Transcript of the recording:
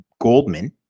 Goldman